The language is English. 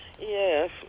Yes